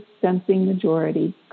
sensing-majority